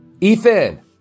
ethan